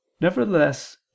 nevertheless